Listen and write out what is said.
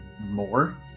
more